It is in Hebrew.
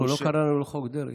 אנחנו לא קראנו לו חוק דרעי.